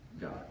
God